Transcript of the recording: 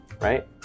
right